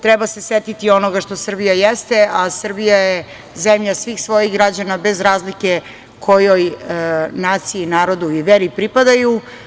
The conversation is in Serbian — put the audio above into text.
Treba se setiti onoga što Srbija jeste, a Srbija je zemlja svih svojih građana, bez razlike kojoj naciji, narodu i veri pripadaju.